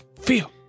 feel